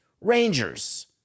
Rangers